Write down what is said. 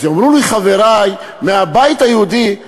אז יאמרו לי חברי מהבית היהודי,